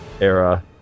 era